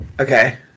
okay